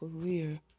career